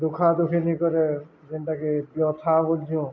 ଦୁଃଖା ଦୁଃଖିନୀ କରେ ଯେନ୍ଟାକି ବ୍ୟଥା ମଧ୍ୟ